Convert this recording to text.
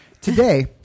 Today